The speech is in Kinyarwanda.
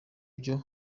byo